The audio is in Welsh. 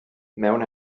mewn